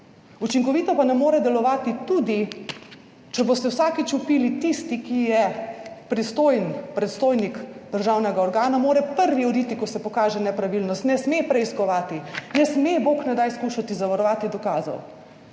Učinkovito pa ne more delovati tudi, če boste vsakič vpili, tisti, ki je predstojnik državnega organa mora prvi oditi, ko se pokaže nepravilnost, ne sme preiskovati, ne sme, bog ne daj, skušati zavarovati dokazov.